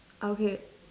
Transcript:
ah okay